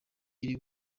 iri